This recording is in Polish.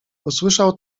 usłyszał